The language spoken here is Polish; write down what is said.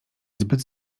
zbyt